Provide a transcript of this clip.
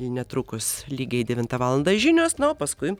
netrukus lygiai devintą valandą žinios na o paskui